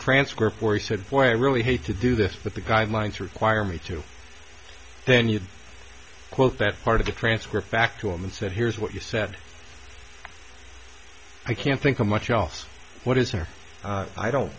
transcript where he said for i really hate to do this but the guidelines require me to then you quote that part of the transcript back to him and said here's what you said i can't think of much else what is or i don't